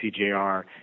CJR